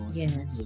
yes